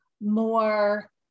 more